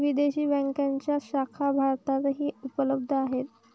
विदेशी बँकांच्या शाखा भारतातही उपलब्ध आहेत